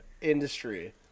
industry